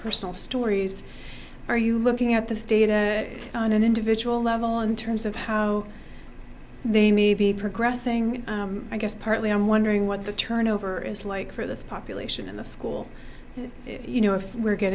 personal stories are you looking at the state on an individual level in terms of how they may be progressing i guess partly i'm wondering what the turnover is like for this population in the school and you know if we're g